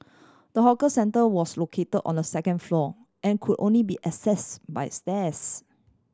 the hawker centre was located on the second floor and could only be accessed by stairs